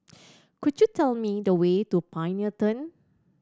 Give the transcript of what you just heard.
could you tell me the way to Pioneer Turn